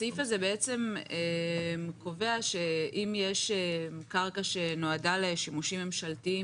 הסעיף הזה בעצם קובע שאם יש קרקע שנועדה לשימושים ממשלתיים